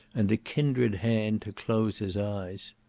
and a kindred hand to close his eyes.